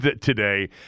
today